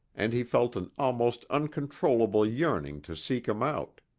and he felt an almost uncontrollable yearning to seek him out.